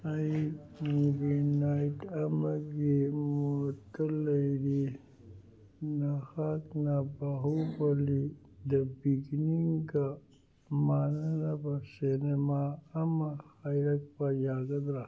ꯑꯩ movie night ꯑꯃꯒꯤ ꯃꯣꯠꯇ ꯂꯩꯔꯤ ꯅꯍꯥꯛꯅ ꯕꯥꯍꯨꯕꯂꯤ ꯗ ꯕꯤꯒꯤꯅꯤꯡꯒ ꯃꯥꯟꯅꯅꯕ ꯁꯤꯅꯦꯃꯥ ꯑꯃ ꯍꯥꯏꯔꯛꯄ ꯌꯥꯒꯗ꯭ꯔꯥ